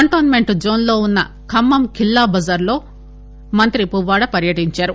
containment zone లో ఉన్న ఖమ్మం ఖిల్లా బజార్ లో మంత్రి పువ్వాడ పర్యటించారు